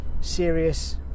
serious